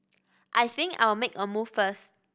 I think I'll make a move first